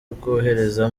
rwohereza